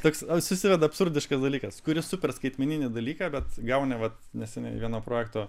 toks susideda absurdiškas dalykas kuri super skaitmeninį dalyką bet gauni vat neseniai vieno projekto